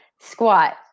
squat